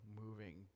moving